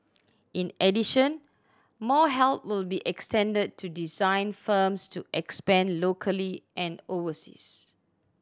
in addition more help will be extended to design firms to expand locally and overseas